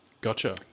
gotcha